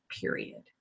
period